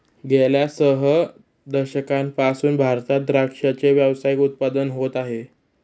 गेल्या सह दशकांपासून भारतात द्राक्षाचे व्यावसायिक उत्पादन होत आहे